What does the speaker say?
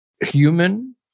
human